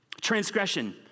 Transgression